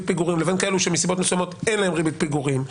פיגורים לבין כאלו שמסיבות מסוימות אין להם ריבית פיגורים.